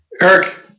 Eric